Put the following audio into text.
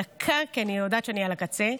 כי אני יודעת שאני על הקצה.